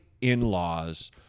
in-laws